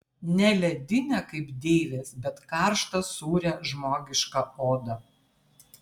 ne ledinę kaip deivės bet karštą sūrią žmogišką odą